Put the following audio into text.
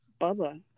Bubba